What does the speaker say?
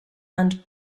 and